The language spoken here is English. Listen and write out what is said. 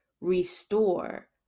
restore